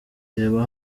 reba